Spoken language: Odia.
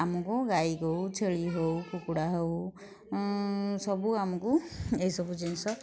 ଆମକୁ ଗାଈ ହେଉ ଛେଳି ହେଉ କୁକୁଡ଼ା ହେଉ ସବୁ ଆମକୁ ଏଇସବୁ ଜିନିଷ